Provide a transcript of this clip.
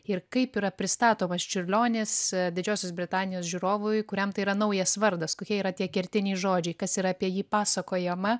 ir kaip yra pristatomas čiurlionis didžiosios britanijos žiūrovui kuriam tai yra naujas vardas kokie yra tie kertiniai žodžiai kas yra apie jį pasakojama